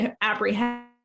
apprehend